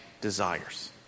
desires